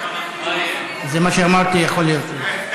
זה מה שאמרתי, יכול להיות לי.